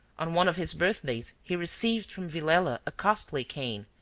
on one of his birthdays he received from villela a costly cane,